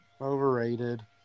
Overrated